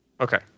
Okay